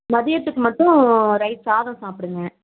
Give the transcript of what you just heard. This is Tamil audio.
மதியத்துக்கு மட்டும் ரைஸ் சாதம் சாப்பிடுங்க